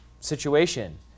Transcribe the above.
situation